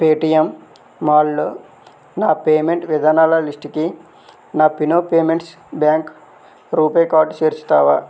Paytm మాల్లో నా payment విధానాల లిస్టుకి నా Fino payments bank RuPay card చేర్చుతావా